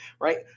right